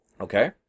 Okay